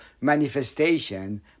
manifestation